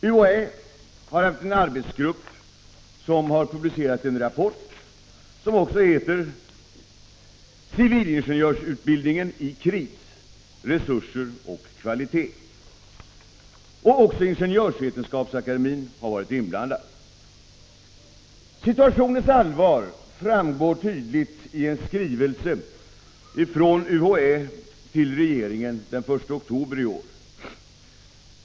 UHÄ har haft en arbetsgrupp som har publicerat en rapport som heter Civilingenjörsutbildningen i kris — resurser och kvalitet. Ingenjörsvetenskapsakademien har också varit inblandad. Situationens allvar framgår tydligt av en skrivelse ifrån UHÄ till regeringen den 1 oktober i år.